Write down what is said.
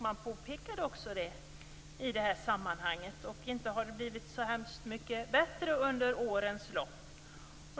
Man påpekade också det i det sammanhanget, och inte har det blivit så hemskt mycket bättre under årens lopp.